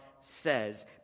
says